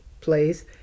place